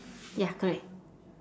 ya correct